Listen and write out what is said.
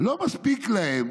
"לא מספיק להם